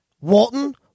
Walton